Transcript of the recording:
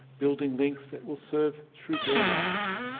building links that will serve through their lives.